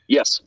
Yes